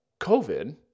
COVID